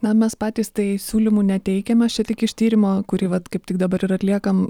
na mes patys tai siūlymų neteikiam aš čia tik iš tyrimo kurį vat kaip tik dabar ir atliekam